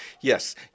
Yes